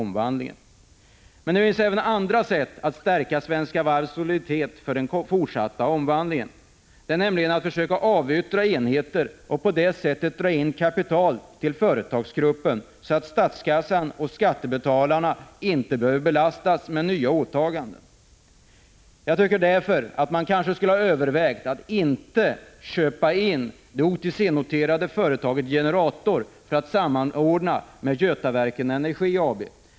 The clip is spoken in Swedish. Men det finns även andra sätt att stärka Svenska Varvs soliditet för den fortsatta omvandlingen. Det är att försöka avyttra enheter och på det sättet dra in kapital till företagsgruppen, så att statskassan och skattebetalarna inte behöver belastas med nya åtaganden. Jag tycker därför att man skulle ha övervägt att inte köpa in det OTC-noterade företaget Generator för att samordna med Götaverken Energi AB.